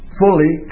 fully